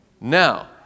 Now